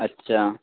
اچھا